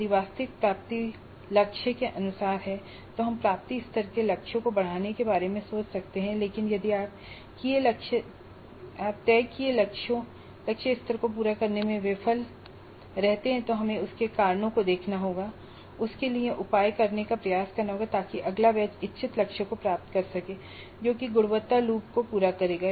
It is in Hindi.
यदि वास्तविक प्राप्ति लक्ष्य के अनुसार है तो हम प्राप्ति स्तर के लक्ष्यों को बढ़ाने के बारे में सोच सकते हैं लेकिन यदि आप किए लक्ष्य स्तरों को पूरा करने में विफल रहते हैं तो हमें उसके कारणों को देखना होगा और उस के लिए उपाय करने का प्रयास करना होगाताकि अगला बैच इच्छित लक्ष्य स्तरों को प्राप्त कर सके जो कि गुणवत्ता लूप को पूरा करेगा